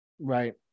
Right